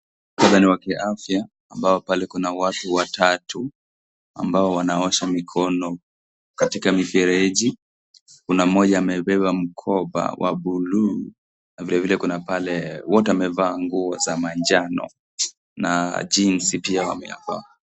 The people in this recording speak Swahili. Wa kiafya, ambao pale kuna watu watatu, ambao wanaosha mikono, katika mifereji. Kuna mmoja amebeba mkoba wa bluu na vile vile kuna pale wote wamevaa nguo za manjano na jinsi pia wameyavaa.